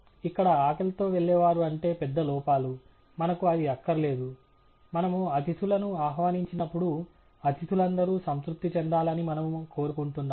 ఇక్కడ ఆకలితో వెళ్లేవారు అంటే పెద్ద లోపాలు మనకు అది అక్కరలేదు మనము అతిథులను ఆహ్వానించినప్పుడు అతిథులందరూ సంతృప్తి చెందాలని మనము కోరుకుంటున్నాము